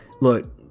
look